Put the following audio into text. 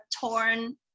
torn